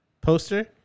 poster